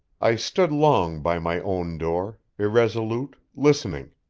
i stood long by my own door, irresolute, listening,